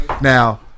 now